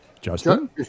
Justin